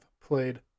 played